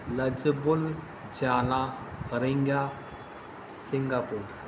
لجبل چالا رنگا سنگاپور